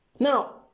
Now